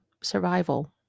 survival